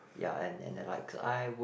ya and and the I would